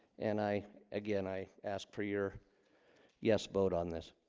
and i again i asked for your yes, vote on this.